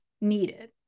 needed